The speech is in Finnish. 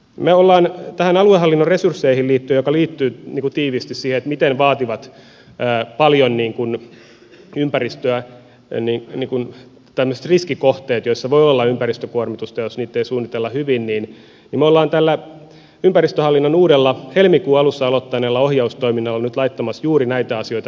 me olemme aluehallinnon resursseihin liit tyen mikä liittyy tiiviisti siihen miten vaativia ovat paljon ympäristöä kuormittavat riskikohteet joissa voi olla ympäristökuormitusta jos niitä ei suunnitella hyvin tällä ympäristöhallinnon uudella helmikuun alussa aloittaneella ohjaustoiminnalla nyt laittamassa juuri näitä asioita kuntoon